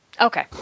okay